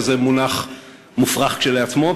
שזה מונח מופרך כשלעצמו,